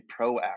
proactive